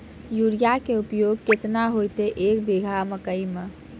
Urea के उपयोग केतना होइतै, एक बीघा मकई मे?